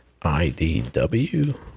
IDW